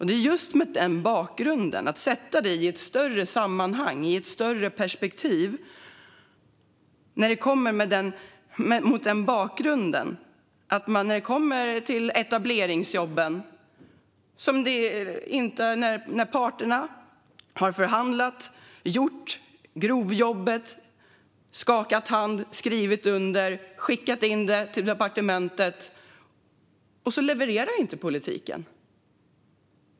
Mot den bakgrunden bör detta sättas i ett större sammanhang och ett större perspektiv, till exempel när det gäller etableringsjobben. När parterna har förhandlat, gjort grovjobbet, skakat hand, skrivit under och skickat in det till departementet, då levererar inte politiken.